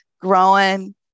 growing